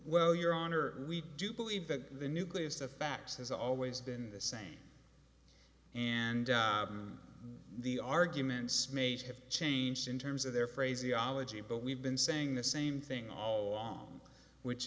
well your honor we do believe that the nucleus the facts has always been the same and the arguments made have changed in terms of their phraseology but we've been saying the same thing all along which